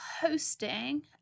hosting